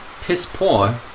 Piss-poor